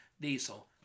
Diesel